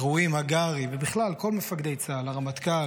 ראויים הגרי ובכלל כל מפקדי צה"ל, הרמטכ"ל,